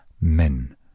men